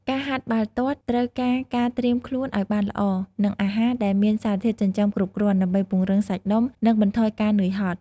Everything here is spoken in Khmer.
ការហាត់បាល់ទាត់ត្រូវការការត្រៀមខ្លួនឲ្យបានល្អ និងអាហារដែលមានសារធាតុចិញ្ចឹមគ្រប់គ្រាន់ ដើម្បីពង្រឹងសាច់ដុំ និងបន្ថយការនឿយហត់។